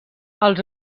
els